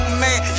man